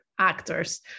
actors